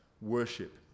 worship